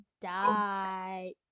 die